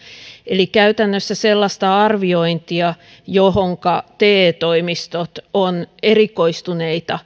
eli käytännössä sellaista arviointia johonka te toimistot ovat erikoistuneet